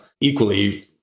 Equally